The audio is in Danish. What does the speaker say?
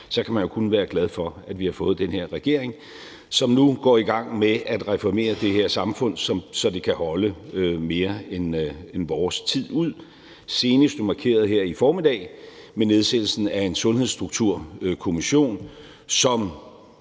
så kan man kun være glad for, at vi har fået den her regering, som nu går i gang med at reformere det her samfund, så det kan holde mere end vores tid ud; det er senest markeret her i formiddag med nedsættelsen af en Sundhedsstrukturkommission, som